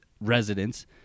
residents